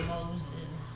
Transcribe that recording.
Moses